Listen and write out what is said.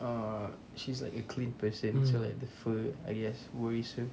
uh she's like a clean person so like the fur I guess worries her